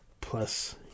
plus